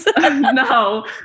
No